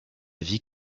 vie